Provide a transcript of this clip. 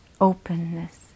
openness